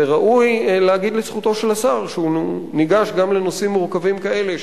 וראוי להגיד לזכותו של השר שהוא ניגש גם לנושאים מורכבים כאלה,